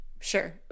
sure